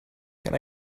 can